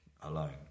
alone